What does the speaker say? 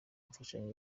mfashanyo